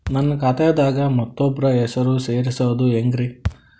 ನನ್ನ ಖಾತಾ ದಾಗ ಮತ್ತೋಬ್ರ ಹೆಸರು ಸೆರಸದು ಹೆಂಗ್ರಿ?